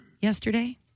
yesterday